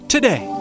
Today